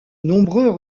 nombreux